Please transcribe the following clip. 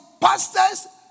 pastors